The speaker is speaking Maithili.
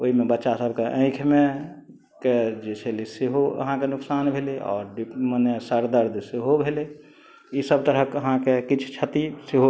ओहिमे बच्चा सभके आँखिमेके जे छलै सेहो अहाँके नुकसान भेलै आओर डिप मने सर दर्द सेहो भेलै ई सभ तरहके अहाँके किछ क्षति सेहो